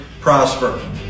prosper